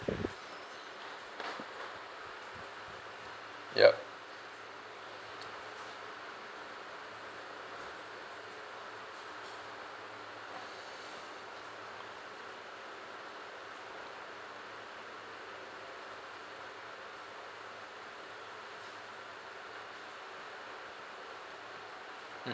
yup